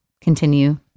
continue